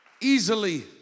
Easily